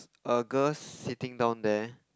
a girl sitting down there